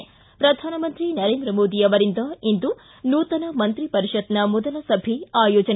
ಿ ಪ್ರಧಾನಮಂತ್ರಿ ನರೇಂದ್ರ ಮೋದಿ ಅವರಿಂದ ಇಂದು ನೂತನ ಮಂತ್ರಿ ಪರಿಷತ್ನ ಮೊದಲ ಸಭೆ ಆಯೋಜನೆ